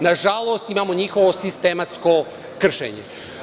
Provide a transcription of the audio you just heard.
Nažalost, imamo njihovo sistematsko kršenje.